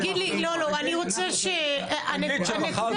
מקלב